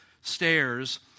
stairs